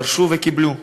דרשו וקיבלו.